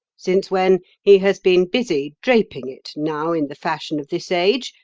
since when he has been busy, draping it, now in the fashion of this age,